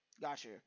Gotcha